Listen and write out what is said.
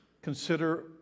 consider